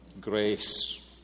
grace